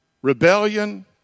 Rebellion